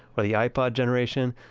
or the ipod generation,